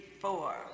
four